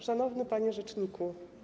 Szanowny Panie Rzeczniku!